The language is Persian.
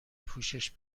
پوشش